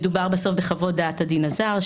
בסוף, מדובר בחוות דעת של הדין הזר,